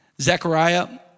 Zechariah